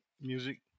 music